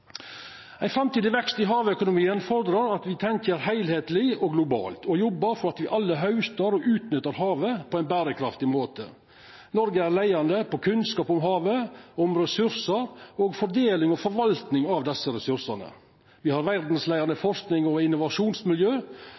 havøkonomien fordrar at me tenkjer heilskapleg og globalt og jobbar for at me alle haustar og utnyttar havet på ein berekraftig måte. Noreg er leiande innan kunnskap om havet, om ressursar og om fordeling og forvaltning av desse ressursane. Me har verdsleiande forskings- og innovasjonsmiljø,